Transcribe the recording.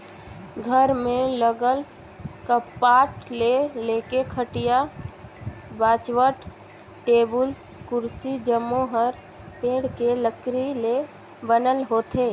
घर में लगल कपाट ले लेके खटिया, बाजवट, टेबुल, कुरसी जम्मो हर पेड़ के लकरी ले बनल होथे